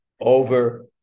over